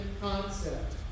concept